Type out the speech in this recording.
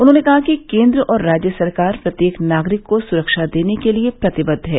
उन्होंने कहा कि केंद्र और राज्य सरकार प्रत्येक नागरिक की सुरक्षा देने के लिए प्रतिबद्द है